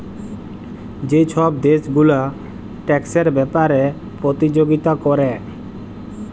যে ছব দ্যাশ গুলা ট্যাক্সের ব্যাপারে পতিযগিতা ক্যরে